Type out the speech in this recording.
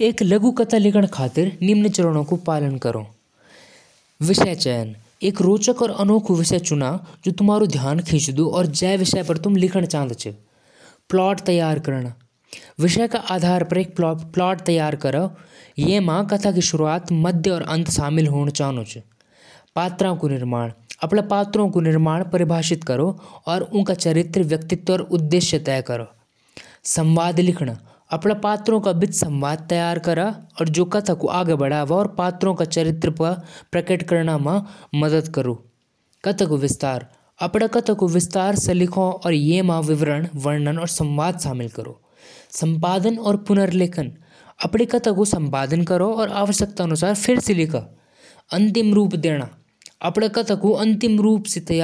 पहले ठंडा खाना माइक्रोवेव म रखदु। टाइम सेट करदु और गरम करणू। माइक्रोवेव म खाना जल्दी गरम होलु। ध्यान राखदु कि खाना